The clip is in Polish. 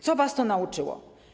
Czego was to nauczyło?